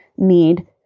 need